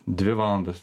dvi valandas